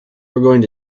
going